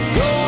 go